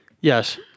Yes